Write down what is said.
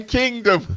kingdom